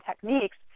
techniques